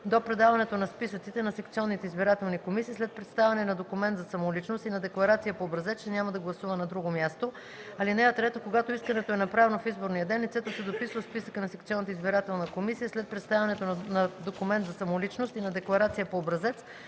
до предаването на списъците на секционните избирателни комисии, след представяне на документ за самоличност и на декларация по образец, че няма да гласува на друго място. (3) Когато искането е направено в изборния ден, лицето се дописва в списъка от секционната избирателна комисия след представяне на документ за самоличност и на декларация по образец,